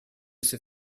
ses